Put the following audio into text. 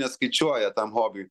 neskaičiuoja tam hobiui